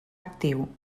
actiu